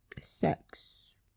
sex